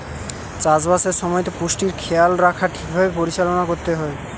চাষ বাসের সময়তে পুষ্টির খেয়াল রাখা ঠিক ভাবে পরিচালনা করতে হয়